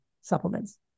supplements